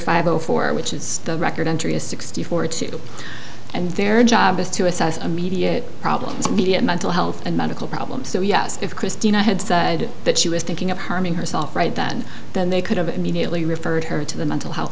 five o four which is the record entry is sixty four two and their job is to assess immediate problems mediate mental health and medical problems so yes if christina had said that she was thinking of harming herself right then then they could have immediately referred her to the mental health